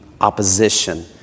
opposition